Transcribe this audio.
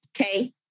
okay